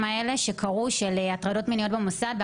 של הטרדות מיניות שהמוסדות מכירים אותם,